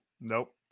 Nope